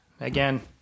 Again